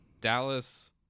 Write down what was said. Dallas